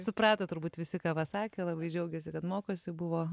suprato turbūt visi ką pasakė labai džiaugiasi kad mokosi buvo